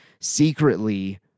secretly